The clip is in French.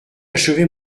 achever